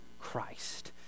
Christ